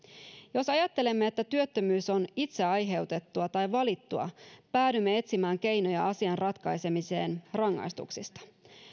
jos ajattelemme että työttömyys on itse aiheutettua tai valittua päädymme etsimään keinoja asian ratkaisemiseen rangaistuksista